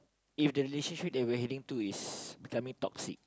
if the relationship that we're heading to is becoming toxic